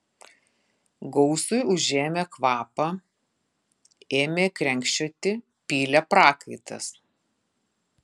gausui užėmė kvapą ėmė krenkščioti pylė prakaitas